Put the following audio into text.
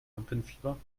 lampenfieber